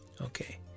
okay